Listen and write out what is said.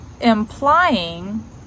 implying